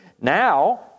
now